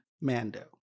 Mando